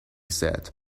said